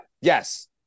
Yes